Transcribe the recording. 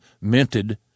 minted